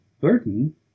burden